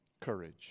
courage